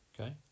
okay